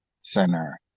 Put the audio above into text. center